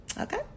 Okay